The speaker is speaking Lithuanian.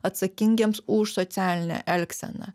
atsakingiems už socialinę elgseną